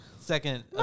second